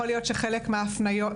יכול להיות שחלק מההפניות לא יהיו,